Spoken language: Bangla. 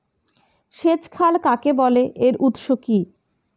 সেচ খাল কাকে বলে এর উৎস কি?